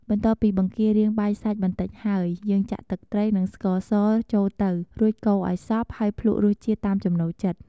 បន្ទាប់ពីបង្គារៀងបែកសាច់បន្តិចហើយ យើងចាក់ទឹកត្រីនិងស្ករសចូលទៅ រួចកូរឱ្យសព្វ ហើយភ្លក់រសជាតិតាមចំណូលចិត្ត។